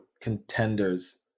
contenders